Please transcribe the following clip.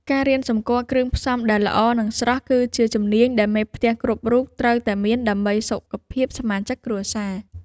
ការរៀនសម្គាល់គ្រឿងផ្សំដែលល្អ និងស្រស់គឺជាជំនាញដែលមេផ្ទះគ្រប់រូបត្រូវតែមានដើម្បីសុខភាពសមាជិកគ្រួសារ។